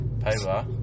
paper